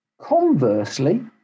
Conversely